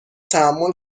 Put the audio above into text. تحمل